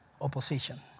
Opposition